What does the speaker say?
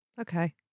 Okay